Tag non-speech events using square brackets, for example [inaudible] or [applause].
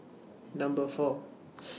Number four [noise]